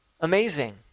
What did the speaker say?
amazing